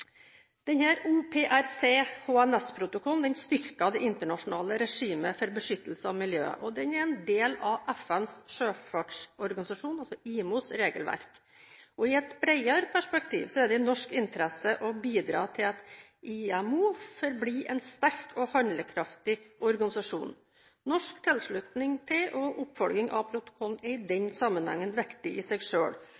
det internasjonale regimet for beskyttelse av miljøet. Den er en del av regelverket for FNs sjøfartsorganisasjon, IMO, og i et bredere perspektiv er det i norsk interesse å bidra til at IMO forblir en sterk og handlekraftig organisasjon. Norsk tilslutning til og oppfølging av protokollen er i